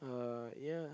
uh yeah